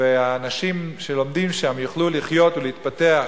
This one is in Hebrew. והאנשים שלומדים שם יוכלו לחיות ולהתפתח,